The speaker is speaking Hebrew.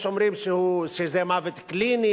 יש אומרים שזה מוות קליני,